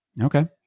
Okay